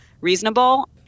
reasonable